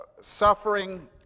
suffering